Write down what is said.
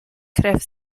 krew